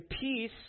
peace